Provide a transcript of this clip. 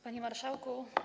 Panie Marszałku!